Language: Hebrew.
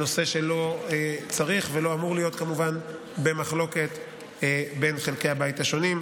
זה נושא שלא צריך ולא אמור להיות כמובן במחלוקת בין חלקי הבית השונים.